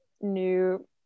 new